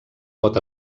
pot